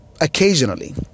Occasionally